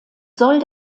soll